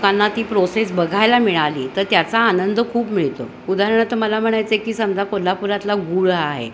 लोकांना ती प्रोसेस बघायला मिळाली तर त्याचा आनंद खूप मिळतो उदाहारणार्थ मला म्हणायचं आहे की समजा कोल्हापुरातला गूळ आहे